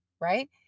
right